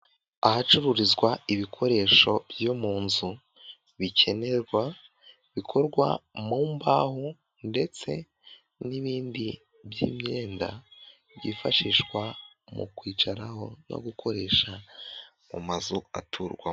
Ahacururizwa ibikoresho byo mu nzu bikenerwa bikorwa mu mbaho ndetse n'ibindi by'imyenda byifashishwa mu kwicaraho no gukoresha mu mazu aturwamo.